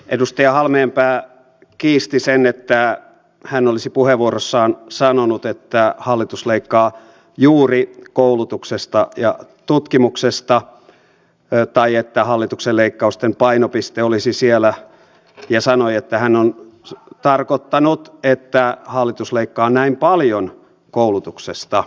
edustaja halmeenpää kiisti sen että hän olisi puheenvuorossaan sanonut että hallitus leikkaa juuri koulutuksesta ja tutkimuksesta tai että hallituksen leikkausten painopiste olisi siellä ja sanoi että hän on tarkoittanut että hallitus leikkaa näin paljon koulutuksesta